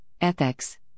ethics